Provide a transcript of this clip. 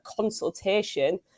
consultation